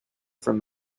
from